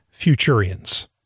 futurians